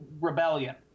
Rebellion